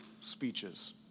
speeches